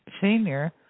senior